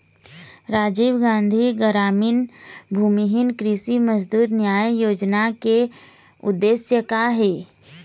राजीव गांधी गरामीन भूमिहीन कृषि मजदूर न्याय योजना के उद्देश्य का हे?